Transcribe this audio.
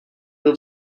byl